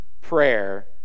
prayer